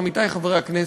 עמיתי חברי הכנסת,